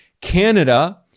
Canada